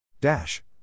Dash